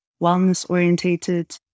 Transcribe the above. wellness-orientated